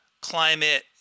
climate –